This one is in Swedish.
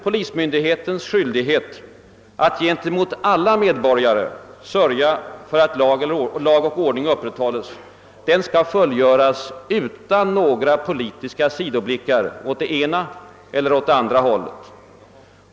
Polisens skyldighet att gentemot alla medborgare sörja för att lag och ordning upprätthålles skall fullgöras utan några politiska sidoblickar åt det ena eller andra hållet.